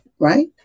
right